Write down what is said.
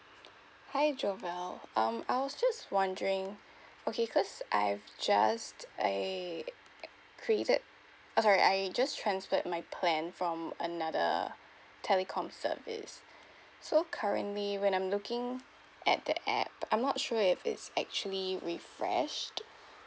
hi jobelle um I was just wondering okay cause I've just eh created uh sorry I just transferred my plan from another telecom service so currently when I'm looking at the app I'm not sure if it's actually refreshed